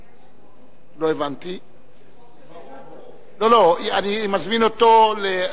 היושב-ראש המחליף, ממלא-מקומי, אני מזמין בינתיים,